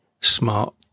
smart